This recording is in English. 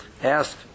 Ask